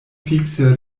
fikse